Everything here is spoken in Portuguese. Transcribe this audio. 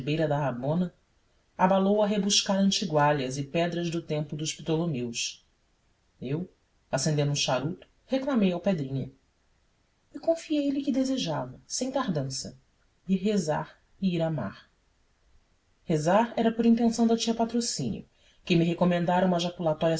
da rabona abalou a rebuscar antigualhas e pedras do tempo dos ptolomeus eu acendendo um charuto reclamei alpedrinha e confiei lhe que desejava sem tardança ir rezar e ir amar rezar era por intenção da tia patrocínio que me recomendara uma jaculatória